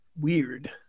weird